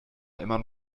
immer